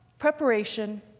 Preparation